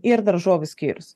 ir daržovių skyrius